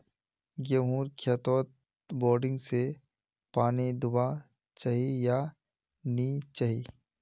गेँहूर खेतोत बोरिंग से पानी दुबा चही या नी चही?